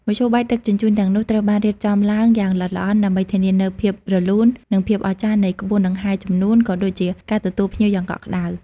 មធ្យោបាយដឹកជញ្ជូនទាំងនោះត្រូវបានរៀបចំឡើងយ៉ាងល្អិតល្អន់ដើម្បីធានានូវភាពរលូន និងភាពអស្ចារ្យនៃក្បួនដង្ហែរជំនូន ក៏ដូចជាការទទួលភ្ញៀវយ៉ាងកក់ក្តៅ។